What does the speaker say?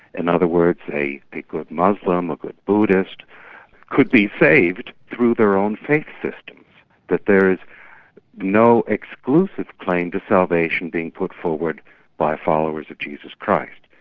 in other words, a a good muslim, a good buddhist could be saved through their own faith systems that there is no exclusive claim to salvation being put forward by followers of jesus christ.